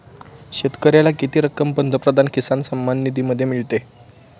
शेतकऱ्याला किती रक्कम पंतप्रधान किसान सन्मान निधीमध्ये मिळते?